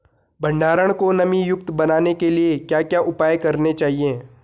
भंडारण को नमी युक्त बनाने के लिए क्या क्या उपाय करने चाहिए?